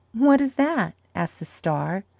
what is that? asked the star.